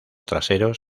traseros